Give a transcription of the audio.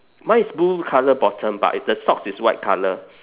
mine is blue colour bottom but the socks is white colour